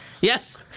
Yes